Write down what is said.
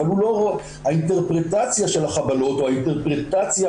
אבל האינטרפרטציה של החבלות והאינטרפרטציה